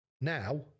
Now